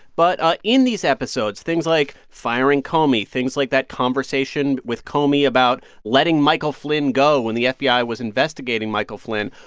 but ah in these episodes, things like firing comey, things like that conversation with comey about letting michael flynn go when the fbi was investigating michael flynn,